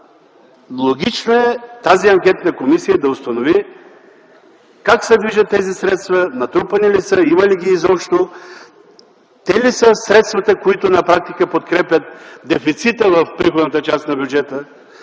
затова тази анкетна комисия да установи как се движат тези средства, натрупани ли са, има ли ги изобщо, те ли са средствата, които реално подкрепят дефицита в приходната част на бюджета,